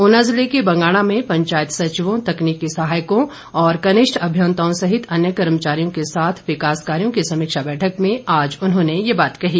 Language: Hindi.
ऊना जिले के बंगाणा में पंचायत सचिवों तकनीकी सहायकों और कनिष्ठ अभियंताओं सहित अन्य कर्मचारियों के साथ विकास कार्यों की समीक्षा बैठक में आज उन्होंने ये बात कही